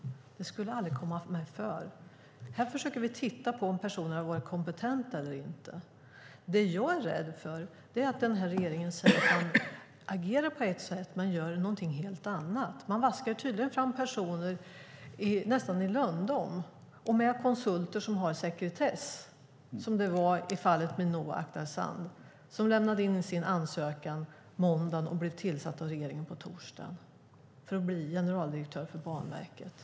Det skulle jag aldrig få för mig att göra. Här försöker vi titta på om personer har varit kompetenta eller inte. Jag är rädd för att regeringen säger sig agera på ett sätt men sedan gör någonting helt annat. Man vaskar tydligen fram personer nästan i lönndom via konsulter som har sekretess, såsom fallet var med generaldirektören för Banverket, Minoo Akhtarzand, som lämnade in sin ansökan på måndagen och blev tillsatt av regeringen på torsdagen för att bli generaldirektör för Banverket.